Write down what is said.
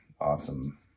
awesome